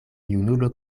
junulo